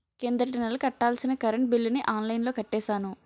కిందటి నెల కట్టాల్సిన కరెంట్ బిల్లుని ఆన్లైన్లో కట్టేశాను